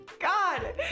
God